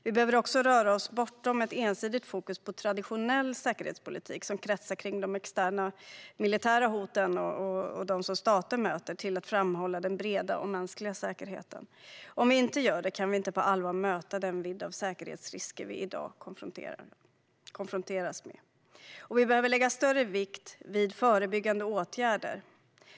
Vi behöver också röra oss bortom ett ensidigt fokus på traditionell säkerhetspolitik, som kretsar kring de externa militära hoten och de som stater möter till att framhålla den breda och mänskliga säkerheten. Om vi inte gör det kan vi inte på allvar möta den bild av säkerhetsrisker som vi i dag konfronteras med. Och vi behöver lägga större vikt vid förebyggande åtgärder.